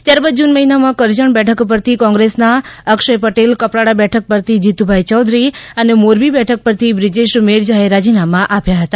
ત્યાર બાદ જૂન મહિનામાં કરજણ બેઠક પરથી કોંગ્રેસના અક્ષય પટેલ કપરાડા બેઠક પરથી જીતુભાઈ ચૌધરી અને મોરબી બેઠક પરથી બ્રિજેશ મેરજાએ રાજીનામા આપ્યા હતા